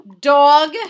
Dog